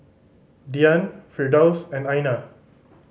Dian Firdaus and Aina